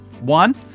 one